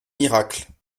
miracles